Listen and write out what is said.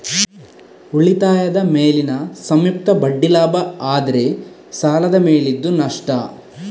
ಉಳಿತಾಯದ ಮೇಲಿನ ಸಂಯುಕ್ತ ಬಡ್ಡಿ ಲಾಭ ಆದ್ರೆ ಸಾಲದ ಮೇಲಿದ್ದು ನಷ್ಟ